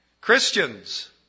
Christians